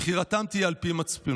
שבחירתם תהיה על פי מצפונם.